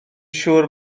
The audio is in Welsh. siŵr